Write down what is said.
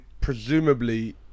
presumably